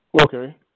Okay